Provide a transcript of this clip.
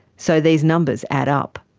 so these numbers add up.